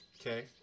okay